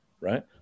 right